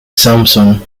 samson